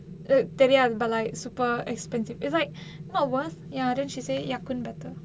தெரியாது:theriyaathu super expensive is like not worth ya then she said ya kun better